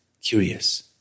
curious